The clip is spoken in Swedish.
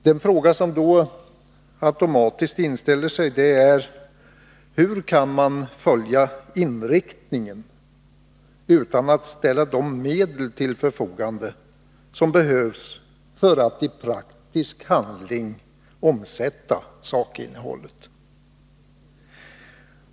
Den fråga som då automatiskt inställer sig är denna: Hur kan man följa inriktningen utan att ställa de medel till förfogande som behövs för att i praktisk handling omsätta sakinnehållet?